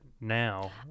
now